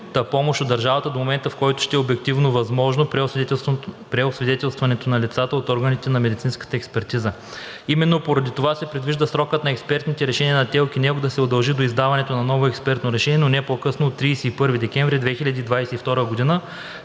помощ от държавата до момента, в който ще е обективно възможно преосвидетелстването на лицата от органите на медицинската експертиза. Именно поради това се предвижда срокът на експертните решения на ТЕЛК и НЕЛК да се удължи до издаването на ново експертно решение, но не по-късно от 31 декември 2022 г.,